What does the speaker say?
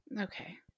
okay